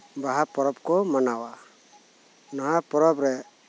ᱵᱟᱦᱟ ᱯᱚᱨᱚᱵ ᱠᱩ ᱢᱟᱱᱟᱣᱟ ᱱᱚᱣᱟ ᱯᱚᱨᱚᱵ ᱨᱮ